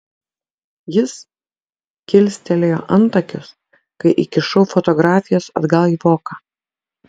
jis kilstelėjo antakius kai įkišau fotografijas atgal į voką